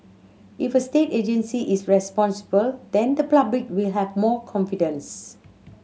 if a state agency is responsible then the public will have more confidence